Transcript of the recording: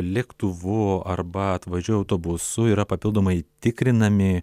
lėktuvu arba atvažiuoja autobusu yra papildomai tikrinami